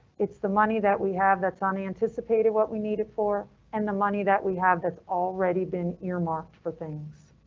it's the money that we have. that's an anticipated what we need it for and the money that we have that's already been earmarked for things.